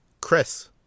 chris